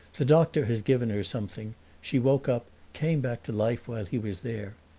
the doctor has given her something she woke up, came back to life while he was there.